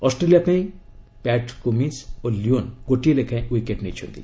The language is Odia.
ଅଷ୍ଟ୍ରେଲିଆ ପାଇଁ ପ୍ୟାଟ୍ କୁମିନ୍ସ ଓ ଲିଓନ୍ ଗୋଟିଏ ଲେଖାଏଁ ୱିକେଟ୍ ନେଇଛନ୍ତି